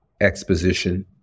exposition